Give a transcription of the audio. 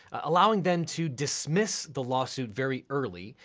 allowing them to dismiss the lawsuit very early,